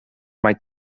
mae